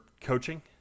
coaching